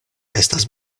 estas